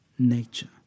Nature